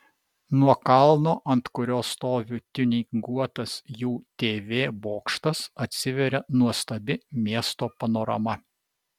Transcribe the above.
nuo kalno ant kurio stovi tiuninguotas jų tv bokštas atsiveria nuostabi miesto panorama